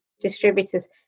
distributors